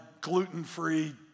gluten-free